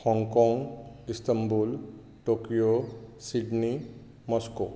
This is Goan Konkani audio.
Hong Kong Istanbul Tokyo Sydney Moscow